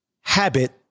habit